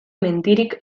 mendirik